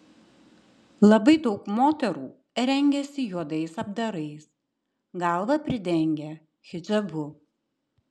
labai daug moterų rengiasi juodais apdarais galvą pridengia hidžabu